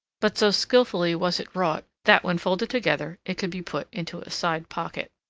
but so skillfully was it wrought that when folded together it could be put into a side pocket.